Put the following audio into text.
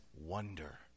wonder